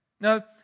Now